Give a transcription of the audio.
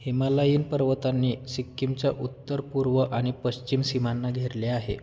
हिमालयीन पर्वतांनी सिक्कीमच्या उत्तर पूर्व आणि पश्चिम सीमांना घेरले आहे